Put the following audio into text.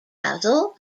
basil